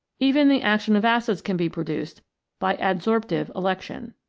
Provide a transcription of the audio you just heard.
even the action of acids can be produced by adsorptive election.